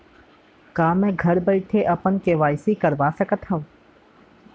का मैं घर बइठे अपन के.वाई.सी करवा सकत हव?